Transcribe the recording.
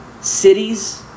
cities